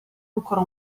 ancora